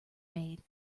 made